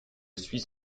suis